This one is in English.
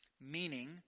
Meaning